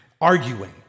arguing